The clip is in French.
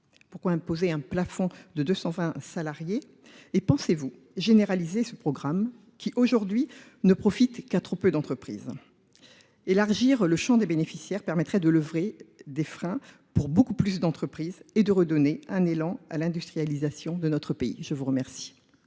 Pourquoi imposer un plafond de 220 salariés ? Et pensez-vous généraliser ce programme qui aujourd'hui ne profite qu'à trop peu d'entreprises. Élargir le champ des bénéficiaires permettrait de lever des freins pour beaucoup plus d'entreprises et de redonner un élan à l'industrialisation de notre pays. Je vous remercie.